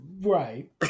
Right